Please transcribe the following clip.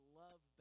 love